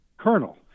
Colonel